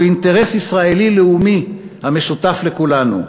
הוא אינטרס ישראלי לאומי המשותף לכולנו.